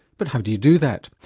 but how do you do that?